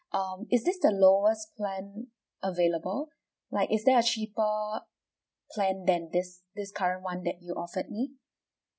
um is this the lowest plan available like is there a cheaper plan than this this current one that you offered me